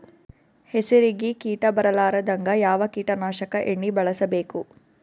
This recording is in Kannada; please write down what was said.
ಹೆಸರಿಗಿ ಕೀಟ ಬರಲಾರದಂಗ ಯಾವ ಕೀಟನಾಶಕ ಎಣ್ಣಿಬಳಸಬೇಕು?